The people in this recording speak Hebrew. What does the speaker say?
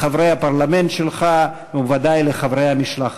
לחברי הפרלמנט שלך ובוודאי לחברי המשלחת.